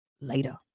later